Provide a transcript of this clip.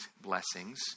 blessings